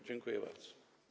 Dziękuję bardzo.